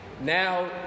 Now